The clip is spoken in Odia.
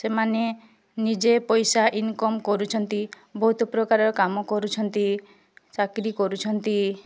ସେମାନେ ନିଜେ ପଇସା ଇନକମ୍ କରୁଛନ୍ତି ବହୁତ ପ୍ରକାର କାମ କରୁଛନ୍ତି ଚାକିରୀ କରୁଛନ୍ତି